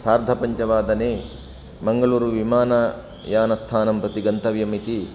सार्धपञ्चवादने मैङ्गलूरु विमानयानस्थानं प्रति गन्तव्यम् इति